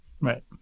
Right